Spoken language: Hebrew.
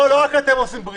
לא רק אתם עושים בריתות.